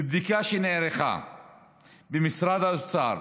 מבדיקה שנערכה במשרד האוצר,